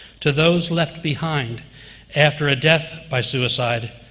to those left behind after a death by suicide,